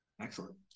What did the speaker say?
Excellent